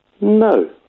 No